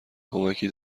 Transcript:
کمکی